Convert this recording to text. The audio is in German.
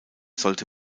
sollte